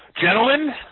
gentlemen